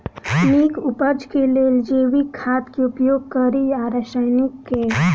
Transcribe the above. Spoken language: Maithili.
नीक उपज केँ लेल जैविक खाद केँ उपयोग कड़ी या रासायनिक केँ?